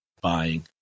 buying